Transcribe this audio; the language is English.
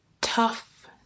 tough